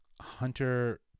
hunter